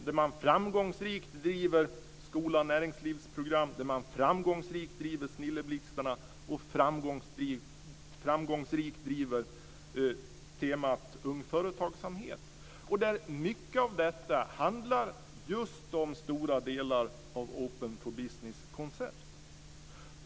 Där driver man framgångsrikt skola och näringslivsprogram, Mycket av detta utgör Open for Business koncept.